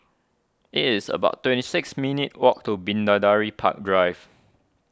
it is about twenty six minutes' walk to Bidadari Park Drive